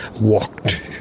walked